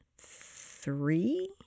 three